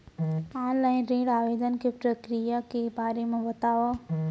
Online ऋण आवेदन के प्रक्रिया के बारे म बतावव?